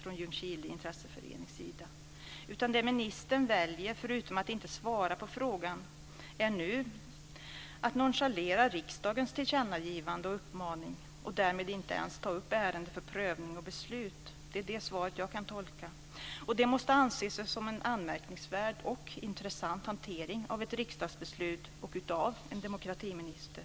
från Ljungskileortens intresseförening. Förutom att inte svara på frågan ännu väljer ministern att nonchalera riksdagens tillkännagivande och uppmaning. Därmed tas ärendet inte ens upp för prövning och beslut. Det är så jag tolkar svaret. Det måste anses som en anmärkningsvärd och intressant hantering av ett riksdagsbeslut av en demokratiminister.